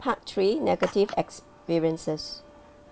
part three negative experiences